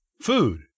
food